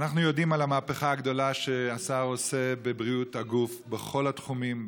אנחנו יודעים על המהפכה הגדולה שהשר עושה בבריאות הגוף בכל התחומים,